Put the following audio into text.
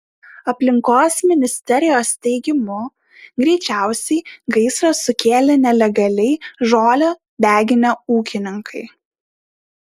aplinkos ministerijos teigimu greičiausiai gaisrą sukėlė nelegaliai žolę deginę ūkininkai